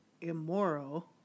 immoral